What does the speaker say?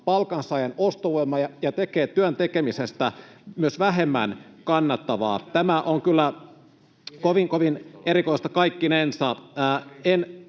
palkansaajan ostovoimaa ja tekee työn tekemisestä myös vähemmän kannattavaa. Tämä on kyllä kovin, kovin erikoista kaikkinensa.